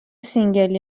سینگلی